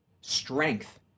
strength